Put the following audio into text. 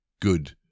good